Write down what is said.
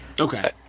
Okay